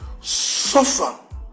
suffer